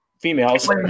females